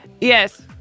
Yes